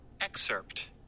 Excerpt